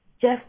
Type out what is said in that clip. Jeff